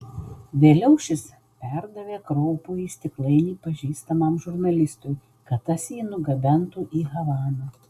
vėliau šis perdavė kraupųjį stiklainį pažįstamam žurnalistui kad tas jį nugabentų į havaną